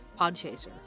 Podchaser